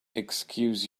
excuse